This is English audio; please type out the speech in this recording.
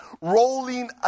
rolling